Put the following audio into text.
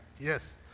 yes